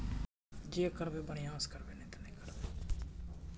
भारतक समुद्री खेती मात्र एक्कैस लाख टन छै